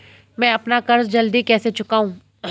मैं अपना कर्ज जल्दी कैसे चुकाऊं?